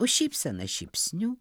už šypseną šypsniu